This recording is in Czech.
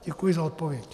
Děkuji za odpověď.